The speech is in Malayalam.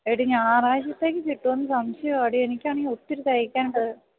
എടീ ഞായറാഴ്ചത്തേക്ക് കിട്ടുമോ എന്ന് സംശയമാടി എനിക്കാണെങ്കിൽ ഒത്തിരി തയ്ക്കാനുണ്ട്